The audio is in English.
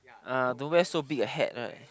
ah don't wear so big a hat right